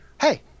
hey